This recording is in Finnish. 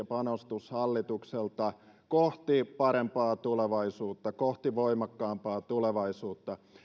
panostus hallitukselta kohti parempaa tulevaisuutta kohti voimakkaampaa tulevaisuutta